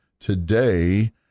today